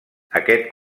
aquest